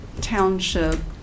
township